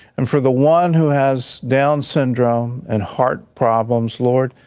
and for the one who has down syndrome and heart problems, lord,